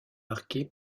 marquée